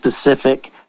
specific